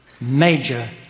major